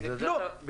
זה כלום, זה כלום.